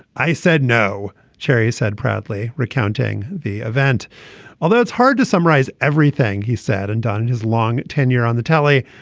i said no cherry said proudly recounting the event although it's hard to summarize everything he said and done his long tenure on the telly.